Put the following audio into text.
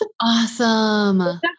awesome